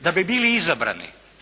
da bi bili izabrani